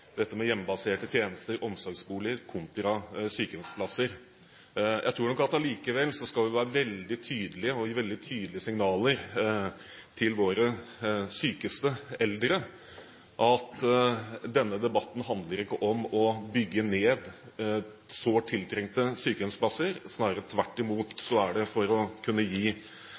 dette med hjemmebaserte tjenester, omsorgsboliger kontra sykehjemsplasser. Jeg tror nok at vi allikevel skal være veldig tydelige og gi veldig tydelige signaler til våre sykeste eldre om at denne debatten handler ikke om å bygge ned sårt tiltrengte sykehjemsplasser. Snarere tvert imot er det for å kunne gi